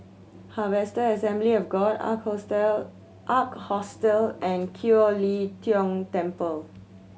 Harvester Assembly of God Ark Hostel Ark Hostle and Kiew Lee Tong Temple